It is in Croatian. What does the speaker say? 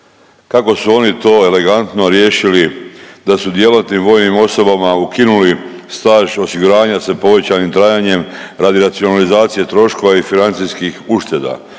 kako su oni to elegantno riješili da su djelatnim vojnim osobama ukinuli staž osiguranja sa povećanim trajanjem radi racionalizacije troškova i financijskih ušteda